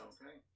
Okay